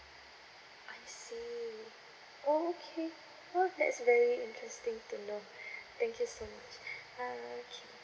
I see okay well that's very interesting to know thank you so much uh okay